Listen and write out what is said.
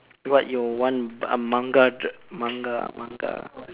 what you want a Manga draw~ Manga Manga